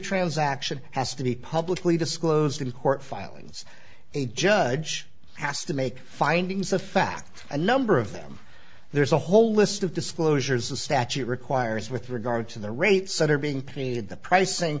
transaction has to be publicly disclosed in court filings a judge has to make findings of fact a number of them there's a whole list of disclosures a statute requires with regard to the rates that are being treated the pric